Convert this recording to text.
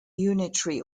unitary